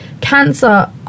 cancer